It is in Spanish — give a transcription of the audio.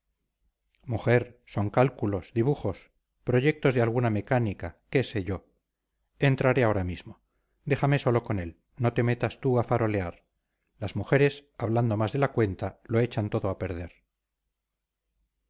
mujer son cálculos dibujos proyectos de alguna mecánica qué sé yo entraré ahora mismo déjame solo con él no te metas tú a farolear las mujeres hablando más de la cuenta lo echan todo a perder